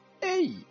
hey